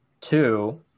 two